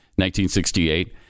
1968